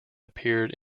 appeared